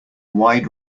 wide